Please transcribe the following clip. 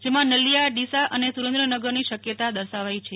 જેમાં નલિયા ડીસા અને સુરેન્દ્રનગરની શક્યતા દર્શાવાઈ છે